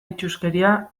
itsuskeria